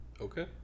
Okay